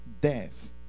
death